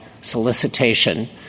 solicitation